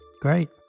Great